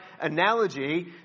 analogy